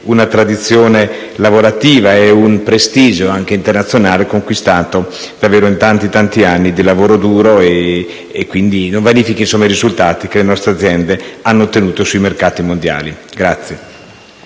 una tradizione lavorativa e un prestigio internazionale conquistato in tanti anni di lavoro duro e, quindi, non vanifichino i risultati che le nostre aziende hanno ottenuto sui mercati mondiali.